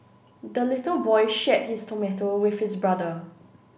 the little boy shared his tomato with his brother